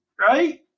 right